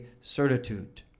certitude